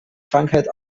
krankheit